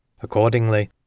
Accordingly